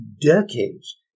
decades